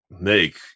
make